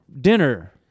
dinner